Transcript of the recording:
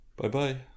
Bye-bye